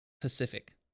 Pacific